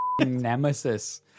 nemesis